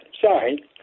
Sorry